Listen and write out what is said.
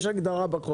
יש.